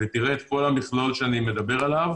ותראה את כל המכלול שאני מדבר עליו.